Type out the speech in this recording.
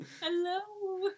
Hello